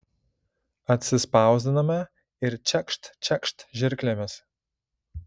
atsispausdiname ir čekšt čekšt žirklėmis